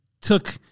took